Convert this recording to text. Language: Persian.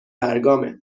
برگامه